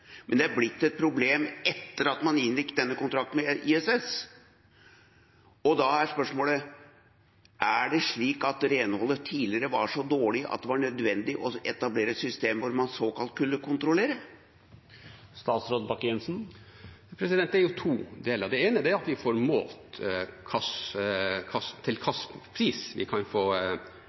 men det har blitt et problem etter at man inngikk denne kontrakten med ISS. Og da er spørsmålet: Er det slik at renholdet tidligere var så dårlig at det var nødvendig å etablere et system hvor man såkalt skulle kontrollere? Det er to ting. Det ene er at vi får målt til hvilken pris vi kan få